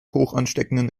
hochansteckenden